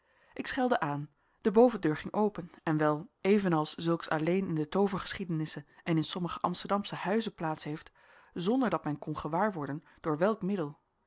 ik schelde aan de bovendeur ging open en wel evenals zulks alleen in de toovergeschiedenissen en in sommige amsterdamsche huizen plaats heeft zonder dat men kon gewaar worden door welk middel